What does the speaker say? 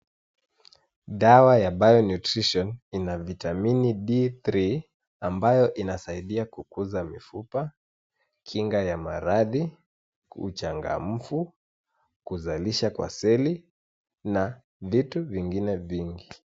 Dawa ya Bio Nutrition ina vitamini D-III, ambayo inasaidia kukuza mifupa, kinga ya maradhi, kuchangamfu, kuzalisha kwa seli, na vitu vingine vingi.